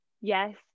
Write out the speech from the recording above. yes